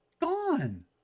gone